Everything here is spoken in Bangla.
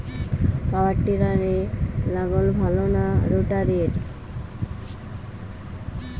পাওয়ার টিলারে লাঙ্গল ভালো না রোটারের?